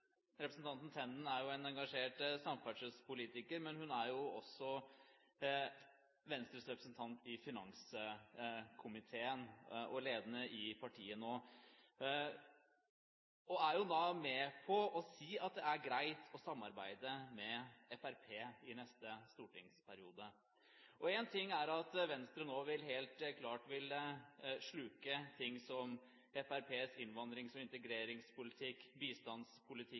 en engasjert samferdselspolitiker, men hun er jo også Venstres representant i finanskomiteen og ledende i partiet nå. Hun er jo da med på å si at det er greit å samarbeide med Fremskrittspartiet i neste stortingsperiode. Én ting er at Venstre nå helt klart vil sluke ting som Fremskrittspartiets innvandrings- og integreringspolitikk,